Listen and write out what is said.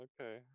Okay